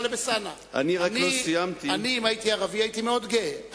אלסאנע, אני אם הייתי ערבי, הייתי מאוד גאה.